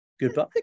Goodbye